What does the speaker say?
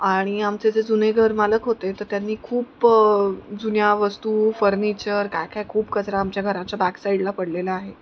आणि आमचे जे जुने घरमालक होते तर त्यांनी खूप जुन्या वस्तू फर्निचर काय काय खूप कचरा आमच्या घराच्या बॅकसाईडला पडलेला आहे